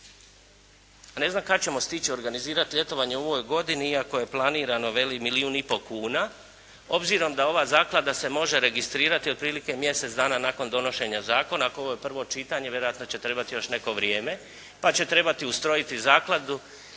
Ne znam kad ćemo stići organizirati ljetovanje u ovoj godini, iako je planirano, veli, milijun i pol kuna. Obzirom da ova zaklada se može registrirati otprilike mjesec dana nakon donošenja zakona. Ako ovo je prvo čitanje, vjerojatno će trebati još neko vrijeme, pa će trebati ustrojiti zakladu,